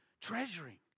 treasuring